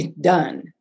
done